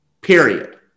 period